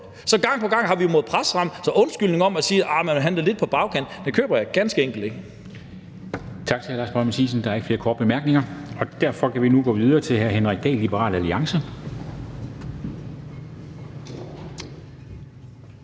Så gang på gang har vi måttet presse ham, så undskyldningen om, at man har handlet lidt på bagkant, køber jeg ganske enkelt